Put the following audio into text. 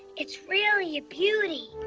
it's really a beauty.